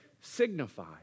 signify